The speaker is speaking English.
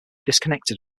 disconnected